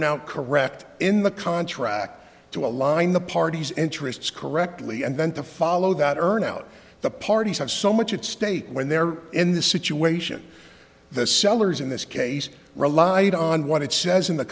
out correct in the contract to align the party's interests correctly and then to follow that turn out the parties have so much at stake when they're in the situation the sellers in this case relied on what it says in the